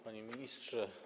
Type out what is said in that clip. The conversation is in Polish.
Panie Ministrze!